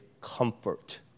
comfort